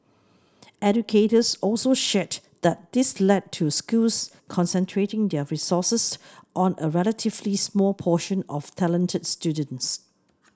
educators also shared that this led to schools concentrating their resources on a relatively small portion of talented students